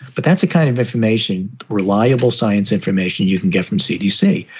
but that's the kind of information, reliable science information you can get from cdc.